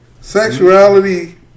sexuality